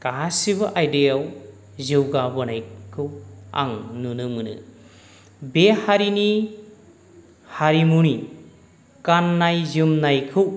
गासैबो आयदायाव जौगाबोनायखौ आं नुनो मोनो बे हारिनि हारिमुनि गाननाय जोमनायखौ